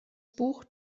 buch